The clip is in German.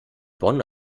bonn